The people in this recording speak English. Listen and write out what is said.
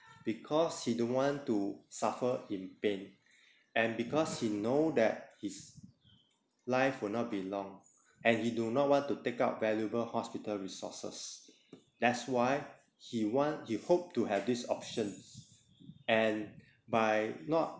because he don't want to suffer in pain and because he know that his life will not be long and he do not want to take up valuable hospital resources that's why he want he hope to have this options and by not